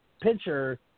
pitcher